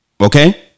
Okay